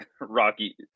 Rocky